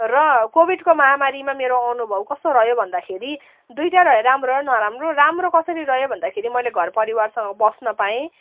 र कोविडको महामारीमा मेरो अनुभव कस्तो रह्यो भन्दाखेरि दुइटा रह्यो राम्रो र नराम्रो राम्रो कसरी रह्यो भन्दाखेरि मैले घर परिवारसँग बस्न पाएँ